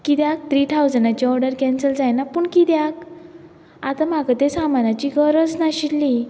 कित्याक त्री थावजंडाची order cancel जायना पूण कित्याक आतां म्हाका त्या सामानाची गरज नाशिल्ली